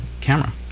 camera